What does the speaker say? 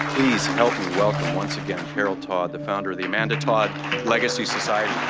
please help me welcome once again carol todd, the founder of the amanda todd legacy society.